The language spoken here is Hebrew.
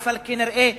כנראה,